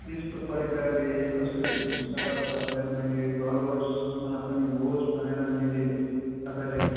यस्तो प्रकारले कसरी हुन्छ तपाईँलाई मैले गरोस् मलाई पनि होस् भनेर मैले तपाईँलाई